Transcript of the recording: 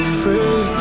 free